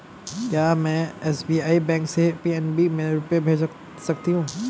क्या में SBI bank से पी.एन.बी में रुपये भेज सकती हूँ?